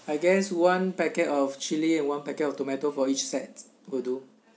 I guess one packet of chili and one packet of tomato for each set will do